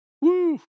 Woo